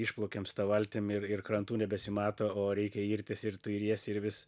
išplaukėm su ta valtim ir ir krantų nebesimato o reikia irtis ir tu iriesi ir vis